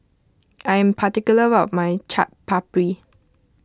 I am particular about my Chaat Papri